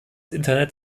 internet